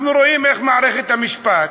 אנחנו רואים איך מערכת המשפט